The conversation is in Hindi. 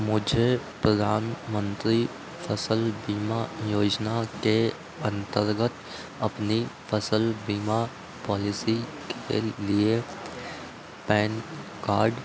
मुझे प्रधानमंत्री फ़सल बीमा योजना के अंतर्गत अपनी फ़सल बीमा पॉलिसी के लिए पैन कार्ड